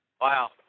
Wow